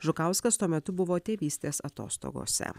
žukauskas tuo metu buvo tėvystės atostogose